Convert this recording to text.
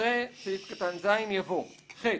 אחרי סעיף קטן (ז) יבוא: "(ח)